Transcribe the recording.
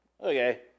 Okay